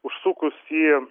užsukus į